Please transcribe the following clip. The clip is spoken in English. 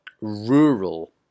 rural